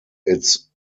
its